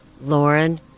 Lauren